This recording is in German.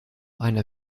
einer